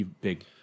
big